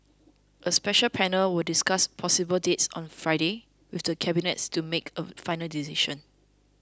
a special panel will discuss possible dates on Friday with the cabinet to make a final decision